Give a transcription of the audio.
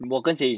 我跟谁